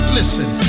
Listen